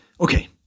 Okay